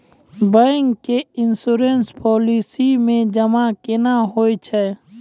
Bank के insurance policy मे जमा केना होय छै?